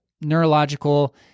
neurological